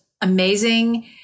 amazing